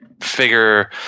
figure